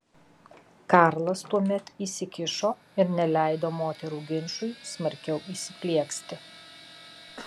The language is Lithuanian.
karlas tuomet įsikišo ir neleido moterų ginčui smarkiau įsiplieksti